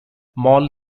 mall